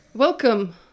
welcome